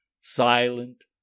silent